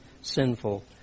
sinful